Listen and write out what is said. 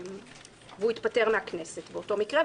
והוא התפטר מהכנסת באותו מקרה,